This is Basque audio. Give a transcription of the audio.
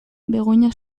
begoña